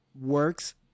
works